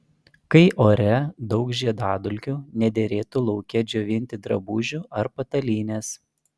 kai ore daug žiedadulkių nederėtų lauke džiovinti drabužių ar patalynės